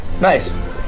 nice